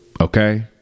okay